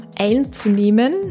einzunehmen